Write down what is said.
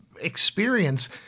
experience